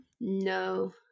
No